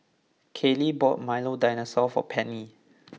Kaley bought Milo Dinosaur for Penny